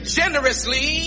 generously